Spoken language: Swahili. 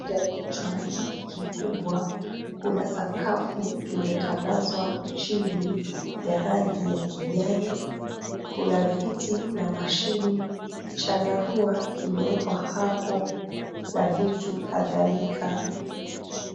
Ndani ya chumba hiki kikubwa, kuna sakafu imetandazwa chini ya rangi ya kijani. Kuna viti na mashini, chandarua kimeekwa hapo na vitu kadhalika.